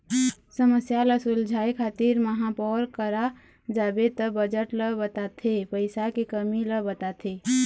समस्या ल सुलझाए खातिर महापौर करा जाबे त बजट ल बताथे पइसा के कमी ल बताथे